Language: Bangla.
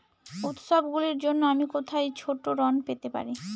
উত্সবগুলির জন্য আমি কোথায় ছোট ঋণ পেতে পারি?